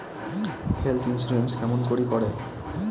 Health insurance কেমন করি করে?